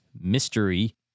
mystery